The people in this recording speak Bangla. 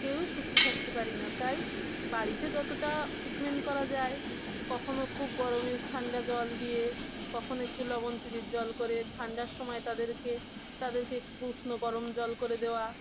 কেউই সুস্থ থাকতে পারি না তাই বাড়িতে যতটা ট্রিটমেন্ট করা যায় কখনও খুব গরমে ঠান্ডা জল দিয়ে কখনও একটু লবণ চিনির জল করে ঠান্ডার সময় তাদেরকে তাদেরকে একটু উষ্ণ গরম জল করে দেওয়া